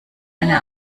eine